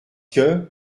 que